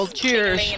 cheers